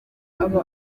aba